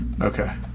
Okay